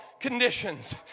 Conditions